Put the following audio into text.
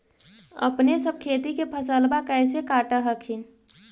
अपने सब खेती के फसलबा कैसे काट हखिन?